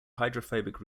hydrophobic